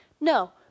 No